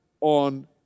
on